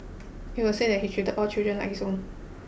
it was said that he treated all children like his own